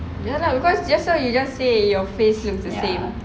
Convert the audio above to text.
ya lah because just now you just say your face looks the same